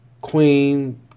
Queen